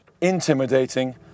intimidating